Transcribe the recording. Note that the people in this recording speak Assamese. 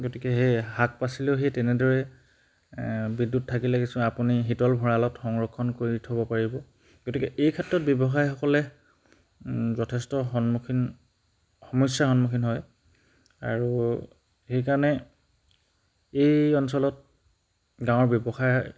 গতিকে সেই শাক পাচলিও সেই তেনেদৰে এ বিদ্যুৎ থাকি লাগিছোঁ আপুনি শীতল ভঁৰালত সংৰক্ষণ কৰি থ'ব পাৰিব গতিকে এই ক্ষেত্ৰত ব্যৱসায়সকলে ওম যথেষ্ট সন্মুখীন সমস্যাৰ সন্মুখীন হয় আৰু সেইকাৰণে এই অঞ্চলত গাঁৱৰ ব্যৱসায়